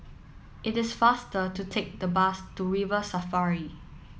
it is faster to take the bus to River Safari